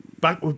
back